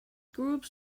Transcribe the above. groups